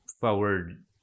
forward